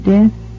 Death